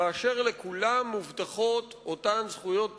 כאשר לכולם מובטחות אותן זכויות בסיסיות.